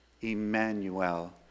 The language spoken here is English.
Emmanuel